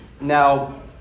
Now